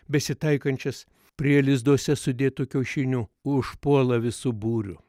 besitaikančias prie lizduose sudėtų kiaušinių užpuola visu būriu